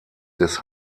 des